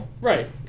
Right